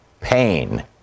Pain